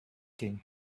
king